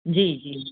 जी जी